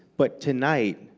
but tonight,